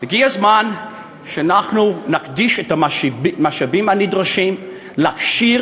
הגיע הזמן שאנחנו נקדיש את המשאבים הנדרשים להכשיר